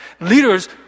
leaders